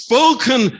Spoken